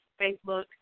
Facebook